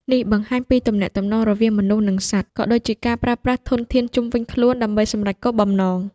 នេះបង្ហាញពីទំនាក់ទំនងរវាងមនុស្សនិងសត្វ ក៏ដូចជាការប្រើប្រាស់ធនធានជុំវិញខ្លួនដើម្បីសម្រេចគោលបំណង។